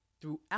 throughout